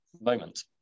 moment